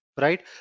right